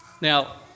Now